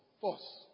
Force